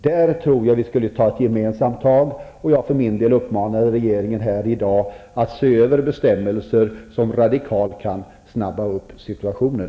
Där tror jag att det behövs gemensamma tag. Jag för min del skulle vilja uppmana regeringen att se över bestämmelserna så att vi radikalt kan snabba upp hanteringen.